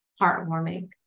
heartwarming